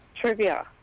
Trivia